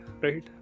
right